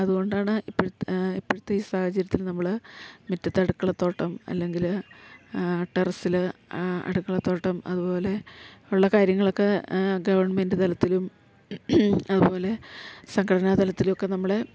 അതുകൊണ്ടാണ് ഇപ്പോഴത്തെ ഇപ്പോഴത്തെ ഈ സാഹചര്യത്തില് നമ്മള് മിറ്റത്തെടുക്കളത്തോട്ടം അല്ലങ്കില് ടെറസ്സില് അടുക്കളത്തോട്ടം അതുപോലെ ഉള്ള കാര്യങ്ങളൊക്കെ ഗവൺമെൻറ് തലത്തിലും അതുപോലെ സംഘടന തലത്തിലുവൊക്കെ നമ്മള്